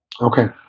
Okay